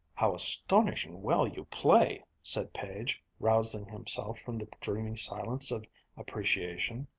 how astonishingly well you play, said page, rousing himself from the dreamy silence of appreciation.